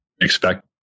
expect